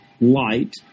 light